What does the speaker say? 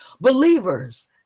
believers